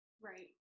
Right